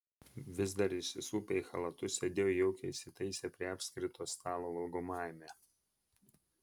vis dar įsisupę į chalatus sėdėjo jaukiai įsitaisę prie apskrito stalo valgomajame